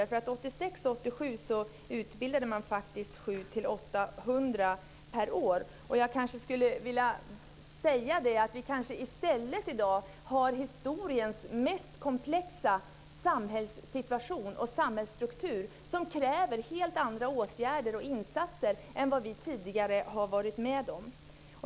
Åren 1986-87 utbildade man faktiskt 700-800 per år. Jag skulle vilja säga att vi i stället i dag kanske har historiens mest komplexa samhällssituation och samhällsstruktur som kräver helt andra åtgärder och insatser än vad vi tidigare har varit med om.